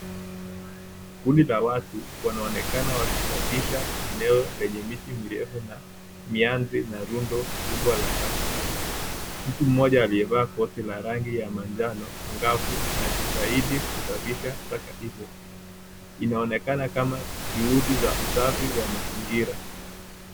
Kundi la watu wanaonekana wakisafisha eneo lenye miti mirefu na mianzi na rundo kubwa la taka. Mtu moja aliyevaa koti la rangi ya manjano angavu anajitahidi kusafisha taka hizo. Inaonekana kama juhudi za usafi wa mazingira.